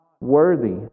worthy